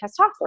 testosterone